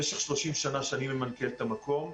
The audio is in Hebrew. במשך 30 שנה שאני ממנכ"ל את המקום,